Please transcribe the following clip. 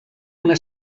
una